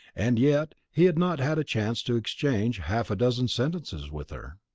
and yet he had not had a chance to exchange half a dozen sentences with her.